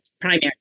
primary